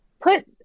Put